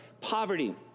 poverty